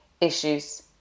issues